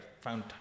found